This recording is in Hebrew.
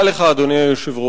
אחרי שהצבעתם על תקציב דו-שנתי,